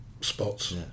spots